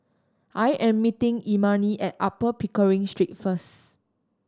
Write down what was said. I am meeting Imani at Upper Pickering Street first